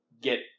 get